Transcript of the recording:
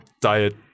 diet